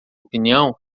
opinião